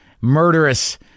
murderous